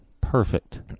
perfect